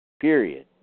Period